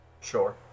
Sure